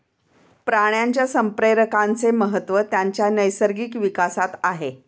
प्राण्यांच्या संप्रेरकांचे महत्त्व त्यांच्या नैसर्गिक विकासात आहे